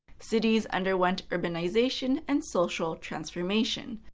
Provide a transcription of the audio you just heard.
cities underwent urbanization and social transformation.